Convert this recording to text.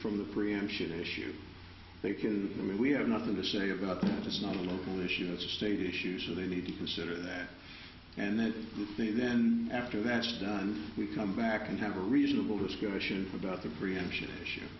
from the preemption issue they can them and we have nothing to say about that is not a local issue no state issue so they need to consider that and then they then after that's done we come back and have a reasonable discussion about the preemption issue